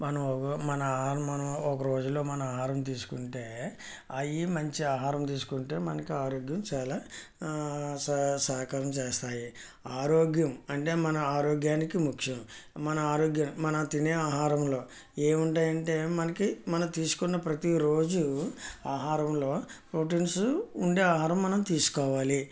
మనం మన మనం ఒక రోజులో మన ఆహారం తీసుకుంటే అది మంచి ఆహారం తీసుకుంటే మనకి ఆరోగ్యం చాలా సహ సహకారం చేస్తాయి ఆరోగ్యం అంటే మన ఆరోగ్యానికి ముఖ్యం మన ఆరోగ్యం మన తినే ఆహారంలో ఏమి ఉంటాయంటే మనకి మనం తీసుకున్న ప్రతిరోజు ఆహారంలో ప్రోటీన్స్ ఉండే ఆహారం మనం తీసుకోవాలి